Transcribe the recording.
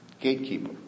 Gatekeeper